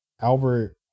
Albert